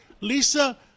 Lisa